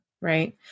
Right